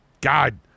God